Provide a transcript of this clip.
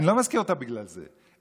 אני לא מזכיר אותה בגלל זה,